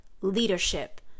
leadership